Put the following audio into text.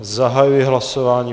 Já zahajuji hlasování.